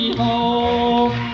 home